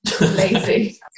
Lazy